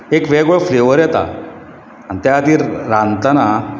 एक वेगळो फ्लेवर येता आनी त्या खातीर रांदता